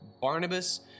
Barnabas